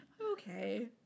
Okay